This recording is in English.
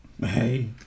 Hey